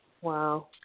Wow